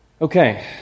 Okay